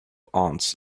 ants